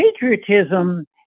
patriotism